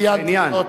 ציינתי זאת.